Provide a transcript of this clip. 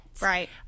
right